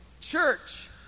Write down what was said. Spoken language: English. church